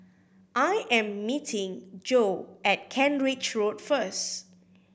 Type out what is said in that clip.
I am meeting Jo at Kent Ridge Road first